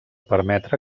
permetre